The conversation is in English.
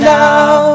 now